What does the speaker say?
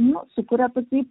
sukuria tokį